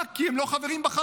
רק כי הם לא חברים בחמאס.